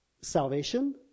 salvation